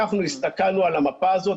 הסתכלנו על המפה הזאת,